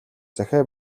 захиа